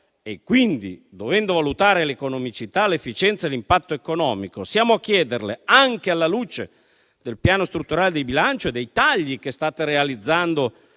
e quindi dovendo valutare l'economicità, l'efficienza e l'impatto economico, siamo a chiederle, anche alla luce del piano strutturale di bilancio e dei tagli che state realizzando